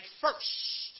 first